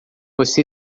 você